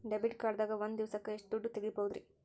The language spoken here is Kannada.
ಡೆಬಿಟ್ ಕಾರ್ಡ್ ದಾಗ ಒಂದ್ ದಿವಸಕ್ಕ ಎಷ್ಟು ದುಡ್ಡ ತೆಗಿಬಹುದ್ರಿ?